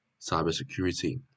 cybersecurity